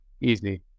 easy